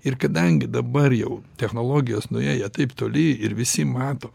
ir kadangi dabar jau technologijos nuėję taip toli ir visi mato